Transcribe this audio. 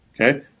okay